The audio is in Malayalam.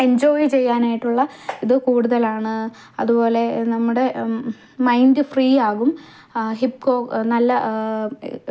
എൻജോയ് ചെയ്യാനായിട്ടുള്ള ഇത് കൂടുതലാണ് അതുപോലെ നമ്മുടെ മൈൻഡ് ഫ്രീ ആകും ഹിപ്കോ നല്ല